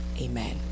Amen